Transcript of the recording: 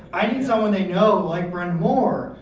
i need someone they know like brenda moore,